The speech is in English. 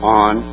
on